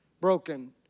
broken